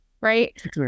right